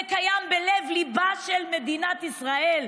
זה קיים בלב-ליבה של מדינת ישראל,